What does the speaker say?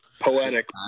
Poetic